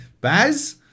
Baz